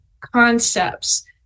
concepts